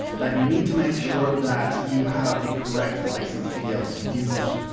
that you need to make sure that you have the correct licence to be able to use it.